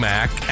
Mac